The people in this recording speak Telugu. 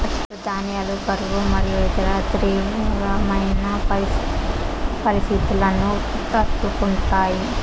చిరుధాన్యాలు కరువు మరియు ఇతర తీవ్రమైన పరిస్తితులను తట్టుకుంటాయి